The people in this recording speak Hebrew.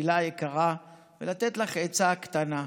הילה היקרה, ולתת לך עצה קטנה: